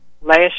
last